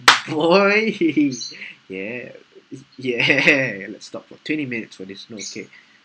boy !yay! !yay! !hey! !hey! let's talk about twenty minutes for this one okay